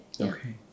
Okay